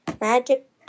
Magic